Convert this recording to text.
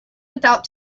without